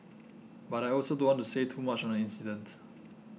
but I also don't want to say too much on the incident